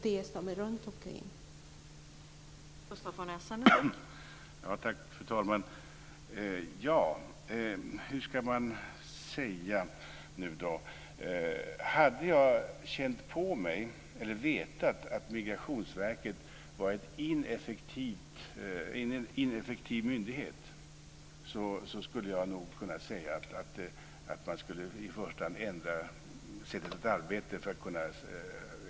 Det som är runtomkring kostar också.